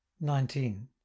Nineteen